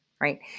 right